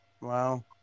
Wow